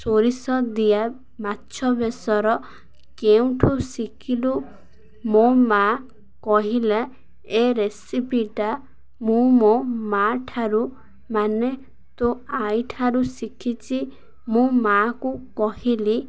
ସୋରିଷ ଦିଆ ମାଛ ବେସର କେଉଁଠୁ ଶିଖିଲୁ ମୋ ମାଆ କହିଲା ଏ ରେସିପିଟା ମୁଁ ମୋ ମାଆ ଠାରୁ ମାନେ ତୋ ଆଈଠାରୁ ଶିଖିଚି ମୋ ମାଆକୁ କହିଲି